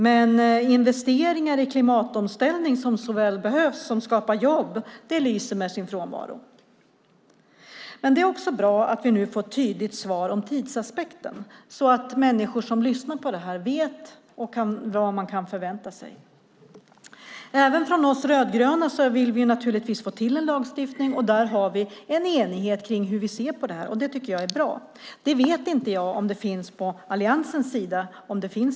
Men investeringar i klimatomställning som så väl behövs och som skapar jobb lyser med sin frånvaro. Men det är också bra att vi nu får ett tydligt svar om tidsaspekten så att människor som lyssnar på detta vet vad de kan förvänta sig. Även vi rödgröna vill naturligtvis utforma en lagstiftning. Vi har en enighet kring hur vi ser på detta, och det tycker jag är bra. Jag vet inte om den enigheten finns på Alliansens sida.